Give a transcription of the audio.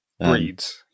breeds